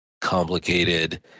complicated